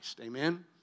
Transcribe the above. Amen